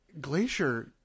Glacier